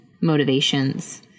motivations